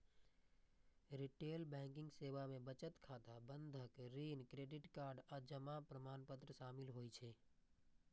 retail banking सेवा मे बचत खाता, बंधक, ऋण, क्रेडिट कार्ड आ जमा प्रमाणपत्र शामिल होइ छै